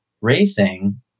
racing